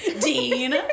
Dean